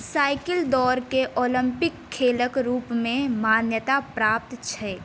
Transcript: cycle दौड़केॅं Olympic खेलक रूपमे मान्यता प्राप्त छैक